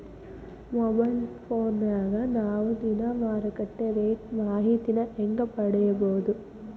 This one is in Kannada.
ಮೊಬೈಲ್ ಫೋನ್ಯಾಗ ನಾವ್ ದಿನಾ ಮಾರುಕಟ್ಟೆ ರೇಟ್ ಮಾಹಿತಿನ ಹೆಂಗ್ ಪಡಿಬೋದು?